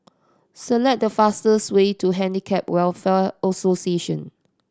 select the fastest way to Handicap Welfare Association